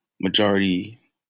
Majority